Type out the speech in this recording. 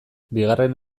bigarren